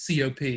COP